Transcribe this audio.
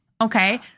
Okay